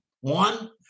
One